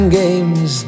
games